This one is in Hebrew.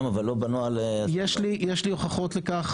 אתי, יש לי הוכחות לכך.